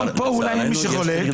פה אולי אין מי שחולק,